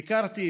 ביקרתי,